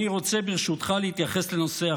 אני רוצה ברשותך להתייחס לנושא אחר.